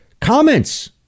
comments